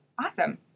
Awesome